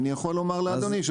אני יכול ומר לאדוני,